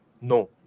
No